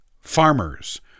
farmers